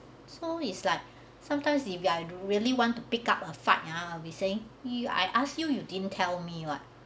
so is like sometimes if you really want to pick up a fight ah we saying you I ask you you didn't tell me what